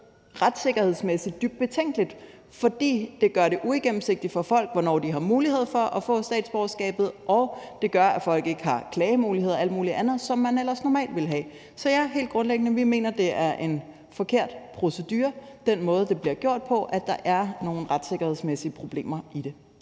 retssikkerhedsmæssigt dybt betænkeligt, fordi det gør det uigennemsigtigt for folk, hvornår de har mulighed for at få statsborgerskabet, og det gør, at folk ikke har klagemuligheder og alt muligt andet, som man ellers normalt ville have. Så ja, vi mener helt grundlæggende, at den måde, det bliver gjort på, er en forkert procedure, og at der er nogle retssikkerhedsmæssige problemer i det.